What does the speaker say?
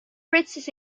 fritz